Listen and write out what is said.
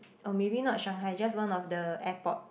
or maybe not Shanghai just one of the airport